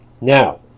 Now